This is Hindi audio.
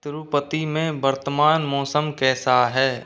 तिरुपति में वर्तमान मौसम कैसा है